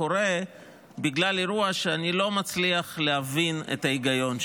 קורה בגלל אירוע שאני לא מצליח להבין את ההיגיון שבו.